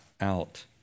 out